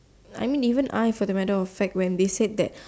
I mean even I for the matter of fact when they said that